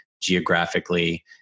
geographically